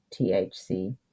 THC